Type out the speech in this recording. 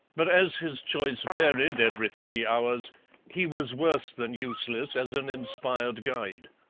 but as his choice varied every three hours he was worse than useless as an inspired guide.